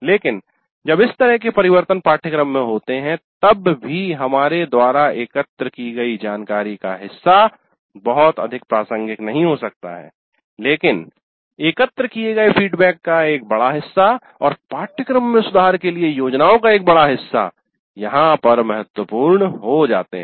लेकिन जब इस तरह के परिवर्तन पाठ्यक्रम में होते हैं तब भी हमारे द्वारा एकत्र की गई जानकारी का हिस्सा बहुत अधिक प्रासंगिक नहीं हो सकता है लेकिन एकत्र किए गए फीडबैक का एक बड़ा हिस्सा और पाठ्यक्रम में सुधार के लिए योजनाओं का एक बड़ा हिस्सा - यहाँ पर महत्त्वपूर्ण हो जाते है